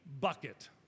bucket